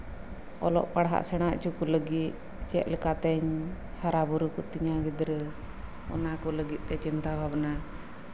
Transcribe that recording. ᱚᱞᱚᱜ ᱯᱟᱲᱦᱟᱜ ᱥᱮᱸᱲᱟ ᱦᱚᱪᱚ ᱠᱚ ᱞᱟᱹᱜᱤᱫ ᱪᱮᱫ ᱞᱮᱠᱟᱛᱤᱧ ᱦᱟᱨᱟ ᱵᱩᱨᱩ ᱠᱚᱛᱤᱧᱟ ᱜᱤᱫᱽᱨᱟᱹ ᱚᱱᱟ ᱠᱚ ᱞᱟᱹᱜᱤᱫ ᱛᱮ ᱪᱤᱱᱛᱟ ᱵᱷᱟᱵᱽᱱᱟ